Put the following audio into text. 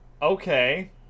Okay